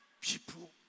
people